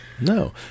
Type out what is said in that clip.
No